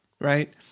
Right